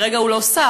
כרגע הוא לא שר,